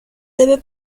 debe